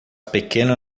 pequeno